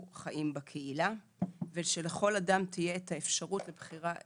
חיים ושלכל אדם תהיה האפשרות לבחירה אפקטיבית.